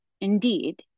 indeed